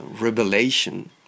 revelation